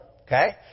Okay